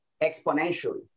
exponentially